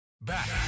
Back